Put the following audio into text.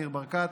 ניר ברקת,